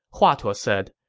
hua tuo said,